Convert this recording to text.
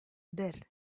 бер